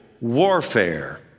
warfare